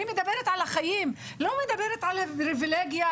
אני מדברת על החיים לא מדברת על פריבילגיה,